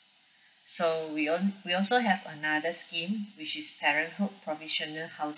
so we al~ we also have another scheme which is parenthood provisional housing